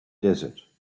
desert